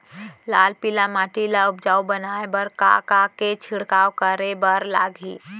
लाल पीली माटी ला उपजाऊ बनाए बर का का के छिड़काव करे बर लागही?